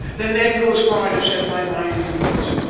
then, that goes far to set my mind at ease.